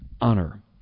honor